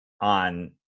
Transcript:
on